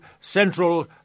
Central